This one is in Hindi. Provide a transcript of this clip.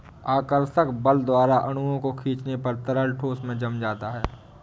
आकर्षक बल द्वारा अणुओं को खीचने पर तरल ठोस में जम जाता है